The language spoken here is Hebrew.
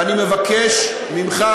ואני מבקש ממך,